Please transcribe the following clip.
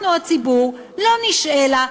אנחנו הציבור לא נשעה לה,